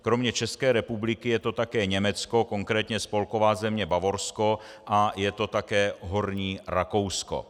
Kromě České republiky je to také Německo, konkrétně Spolková země Bavorsko, a je to také Horní Rakousko.